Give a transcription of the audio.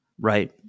right